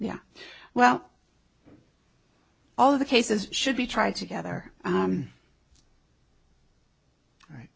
yeah well all of the cases should be tried together right